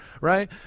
right